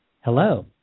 Hello